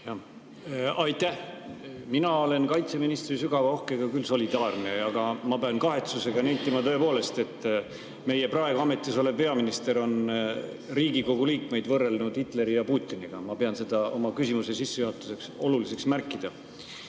Aitäh! Mina olen kaitseministri sügava ohkega küll solidaarne. Aga ma pean kahetsusega nentima tõepoolest, et meie praegune ametisolev peaminister on Riigikogu liikmeid võrrelnud Hitleri ja Putiniga. Ma pean seda oma küsimuse sissejuhatuseks oluliseks märkida. Aga